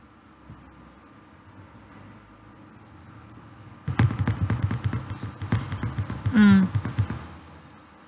mm